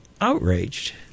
outraged